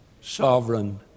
Sovereign